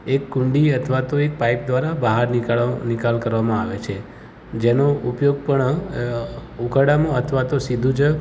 એક કુંડી અથવા તો એક પાઈપ દ્વારા બહાર નીકાળવા નિકાલ કરવામાં આવે છે જેનો ઉપયોગ પણ ઉકરડામાં અથવા તો સીધું જ